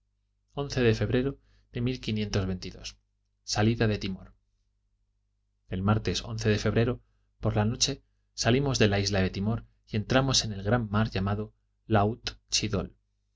de febrero de salida de tino el martes de febrero por la noche salimos de la isla de timor y entramos en el gran mar llamado lautchidol